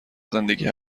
زندگی